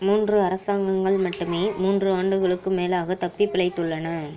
மூன்று அரசாங்கங்கள் மட்டுமே மூன்று ஆண்டுகளுக்கும் மேலாக தப்பிப் பிழைத்துள்ளன